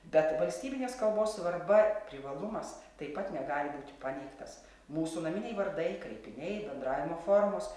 bet valstybinės kalbos svarba privalumas taip pat negali būti paneigtas mūsų naminiai vardai kreipiniai bendravimo formos